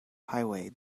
highway